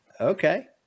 Okay